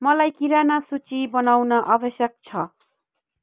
मलाई किराना सूची बनाउन आवश्यक छ